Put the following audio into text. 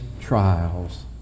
trials